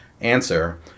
Answer